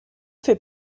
fait